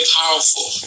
powerful